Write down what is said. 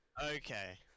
Okay